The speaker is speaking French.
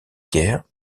guerre